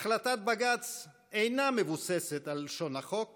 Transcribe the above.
החלטת בג"ץ אינה מבוססת על לשון החוק